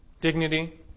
dignity